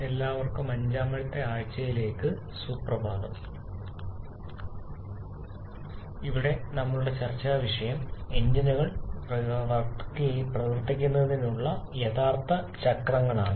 എല്ലാവർക്കും അഞ്ചാം ആഴ്ചയിലേക്ക് സുപ്രഭാതം അവിടെ നമ്മളുടെ ചർച്ചാ വിഷയം എഞ്ചിനുകൾ പരസ്പരം പ്രതികരിക്കുന്നതിനുള്ള യഥാർത്ഥ ചക്രങ്ങളാണ്